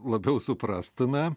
labiau suprastume